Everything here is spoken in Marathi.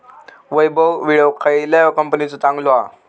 वैभव विळो खयल्या कंपनीचो चांगलो हा?